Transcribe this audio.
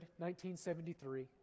1973